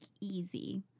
easy